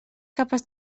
capaç